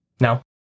No